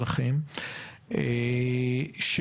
זה לא רק עניין של